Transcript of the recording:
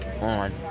on